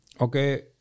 okay